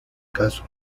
caso